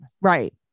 right